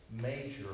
major